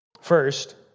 First